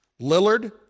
Lillard